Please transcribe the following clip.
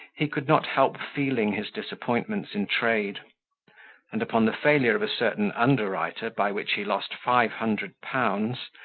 he could not help feeling his disappointments in trade and upon the failure of a certain underwriter, by which he lost five hundred pounds,